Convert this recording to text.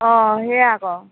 অঁ সেয়া আকৌ